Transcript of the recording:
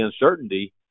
uncertainty